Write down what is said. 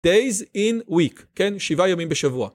Days in week, כן שבעה ימים בשבוע.